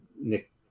Nick